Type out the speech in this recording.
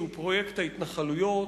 שהוא פרויקט ההתנחלויות,